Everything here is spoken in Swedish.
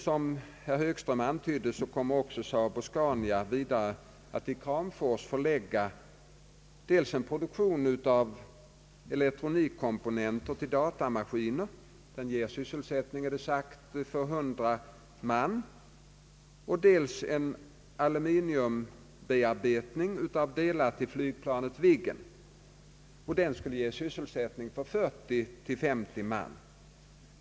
Som herr Högström an tydde, kommer SAAB och Scania vidare att till Kramfors förlägga dels produktion av elektronitkomponenter till datamaskiner — det ger sysselsättning för 100 man — dels aluminiumbearbetning av delar till flygplanet Viggen — det ger sysselsättning för 40—50 man.